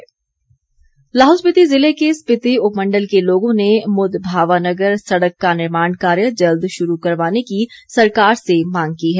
सड़क लाहौल स्पिति ज़िले के स्पिति उपमंडल के लोगों ने मुद भावानगर सड़क का निर्माण कार्य जल्द शुरू करवाने की सरकार से मांग की है